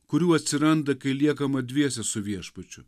kurių atsiranda kai liekama dviese su viešpačiu